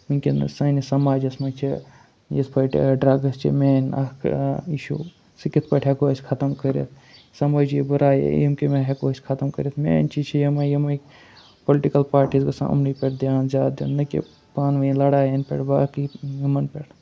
وٕنکیٚنَس سٲنِس سماجَس منٛز چھِ یِتھ پٲٹھۍ ڈرٛگٕس چھِ مین اَکھ اِشوٗ سُہ کِتھ پٲٹھۍ ہیٚکو أسۍ ختم کٔرِتھ سمٲجی بُرایی یِم کیٚمہِ آے ہیٚکو أسۍ ختم کٔرِتھ مین چیٖز چھِ یِمَے یِمَے پُلٹِکَل پاٹیٖز گژھان یِمنٕے پٮ۪ٹھ دھیان زیادٕ دیُن نہ کہِ پانہٕ ؤنۍ لَڑایَن پٮ۪ٹھ باقٕے یِمَن پٮ۪ٹھ